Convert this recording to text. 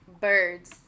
birds